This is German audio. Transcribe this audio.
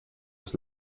aus